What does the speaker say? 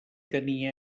tenia